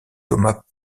thomas